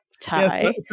tie